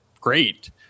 great